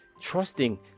trusting